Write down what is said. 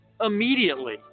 immediately